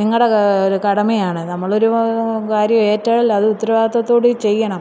നിങ്ങളുടെ ഒരു കടമയാണ് നമ്മൾ ഒരു കാര്യം ഏറ്റാൽ അത് ഉത്തരവാദിത്തത്തോടെ ചെയ്യണം